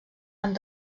amb